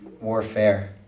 warfare